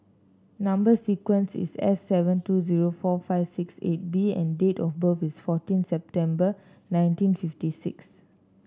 number sequence is S seven two zero four five six eight B and date of birth is fourteen September nineteen fifty six